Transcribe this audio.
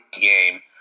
game